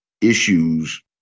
issues